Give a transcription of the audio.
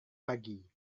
pagi